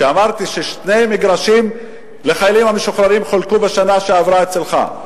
אמרתי ששני מגרשים חולקו לחיילים משוחררים בשנה שעברה אצלך.